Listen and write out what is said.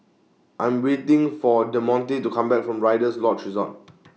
I'm waiting For Demonte to Come Back from Rider's Lodge Resort